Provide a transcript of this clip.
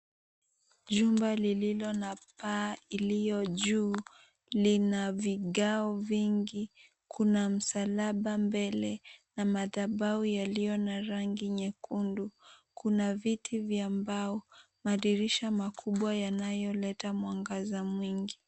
Jumba lililo na paa iliyo juu, lina vigao vingi, kuna msalaba mbele na madhabahu yaliyo na rangi nyekundu. Kuna viti vya mbao. Madirisha ya mbao yanayoleta mwangaza mwingi.